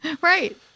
right